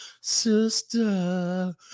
Sister